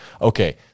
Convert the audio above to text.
Okay